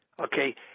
okay